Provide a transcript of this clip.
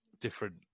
different